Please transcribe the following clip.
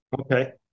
Okay